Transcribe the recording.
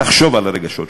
תחשוב על הרגשות שלנו,